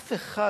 ואף אחד